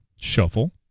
Shuffle